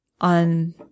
on